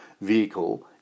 vehicle